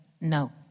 no